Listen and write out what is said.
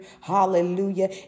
hallelujah